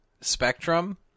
spectrum